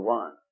one